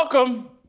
welcome